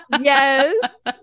Yes